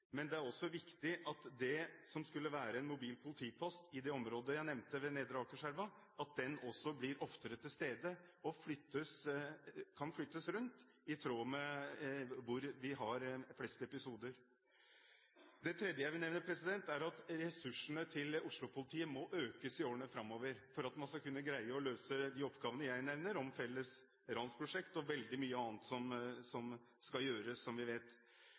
Men det er også viktig at det som skulle være en mobil politipost i det området jeg nevnte, ved nedre Akerselva, også er oftere til stede og kan flyttes rundt, i tråd med hvor vi har flest episoder. Det tredje jeg vil nevne, er at ressursene til Oslo-politiet må økes i årene framover for at man skal kunne greie å løse de oppgavene jeg nevner, som et felles ransprosjekt og veldig mye annet som vi vet skal gjøres. Oslo-politiet får 41 nye stillinger i år, som